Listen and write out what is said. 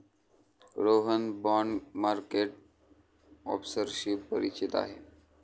Rohan bond market ऑफर्सशी परिचित आहे